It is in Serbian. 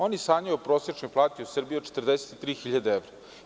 Oni sanjaju o prosečnoj plati u Srbiji od 43 hiljade evra.